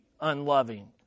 unloving